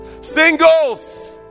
Singles